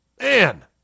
Man